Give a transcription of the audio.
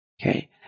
Okay